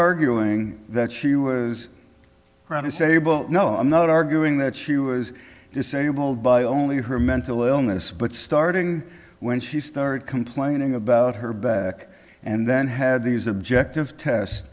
arguing that she was right to say well you know i'm not arguing that she was disabled by only her mental illness but starting when she started complaining about her back and then had these objective test